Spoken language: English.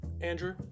andrew